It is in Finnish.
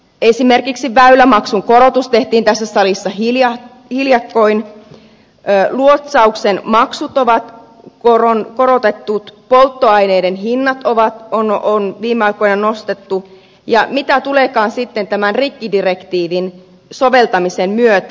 esimerkiksi väylämaksun korotus tehtiin tässä salissa hiljakkoin luotsauksen maksuja on korotettu polttoaineiden hintoja on viime aikoina nostettu ja mitä tuleekaan sitten tämän rikkidirektiivin soveltamisen myötä